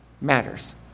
matters